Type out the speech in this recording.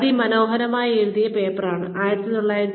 അതിമനോഹരമായി എഴുതിയ പേപ്പറാണിത്